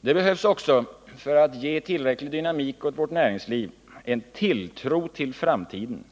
Detta behövs också för att ge tillräcklig dynamik åt vårt näringsliv och en tilltro till framtiden.